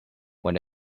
when